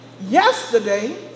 yesterday